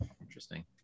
interesting